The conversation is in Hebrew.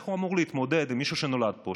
איך הוא אמור להתמודד עם מישהו שנולד פה,